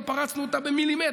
לא פרצנו אותה במילימטר,